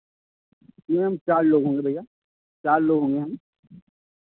जी हम चार लोग होंगे भैया चार लोग होंगे हम